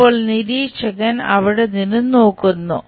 ഇപ്പോൾ നിരീക്ഷകൻ അവിടെ നിന്ന് നോക്കുന്നു